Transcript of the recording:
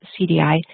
CDI